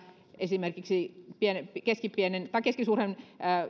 esimerkiksi keskisuuren